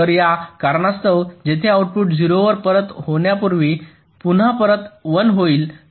तर या कारणास्तव जेथे आउटपुट 0 वर परत होण्यापूर्वी पुन्हा परत 1 होईल